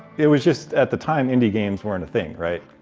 it was just at the time, indie games weren't a thing, right?